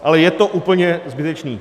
Ale je to úplně zbytečné.